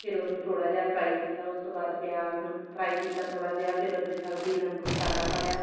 ਫਿਰ ਉਹਨੂੰ ਥੋੜ੍ਹਾ ਜਿਹਾ ਫਰਾਈ ਕੀਤਾ ਉਸ ਤੋਂ ਬਾਅਦ ਪਿਆਜ਼ ਨੂੰ ਫਰਾਈ ਕੀਤਾ ਥੋੜ੍ਹਾ ਜਿਹਾ ਫਿਰ ਉਹਦੇ ਵਿੱਚ ਹਲਦੀ ਨਮਕ ਮਸਾਲਾ ਪਾਇਆ